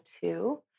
two